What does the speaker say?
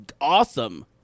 awesome